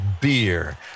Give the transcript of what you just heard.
beer